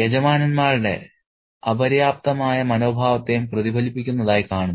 യജമാനന്മാരുടെ അപര്യാപ്തമായ മനോഭാവത്തെയും പ്രതിഫലിപ്പിക്കുന്നതായി കാണുന്നു